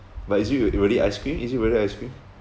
but is it real~ really ice cream is it really ice cream